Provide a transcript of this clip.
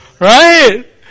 Right